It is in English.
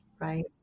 right